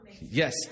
Yes